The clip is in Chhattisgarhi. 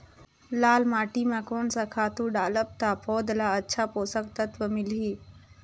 लाल माटी मां कोन सा खातु डालब ता पौध ला अच्छा पोषक तत्व मिलही?